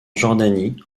jordanie